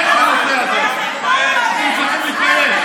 לשים, אדוני היושב-ראש,